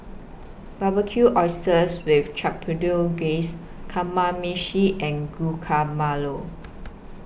Barbecued Oysters with Chipotle Glaze Kamameshi and